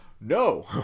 No